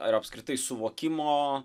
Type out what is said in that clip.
ar apskritai suvokimo